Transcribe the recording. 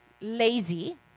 lazy